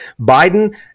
Biden